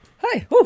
hi